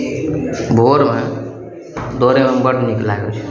भोरमे दौड़यमे बड़ नीक लागय छै